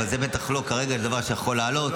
אבל כרגע זה בטח לא דבר שיכול לעלות.